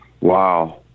Wow